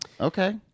Okay